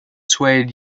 swayed